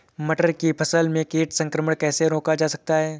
मटर की फसल में कीट संक्रमण कैसे रोका जा सकता है?